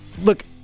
look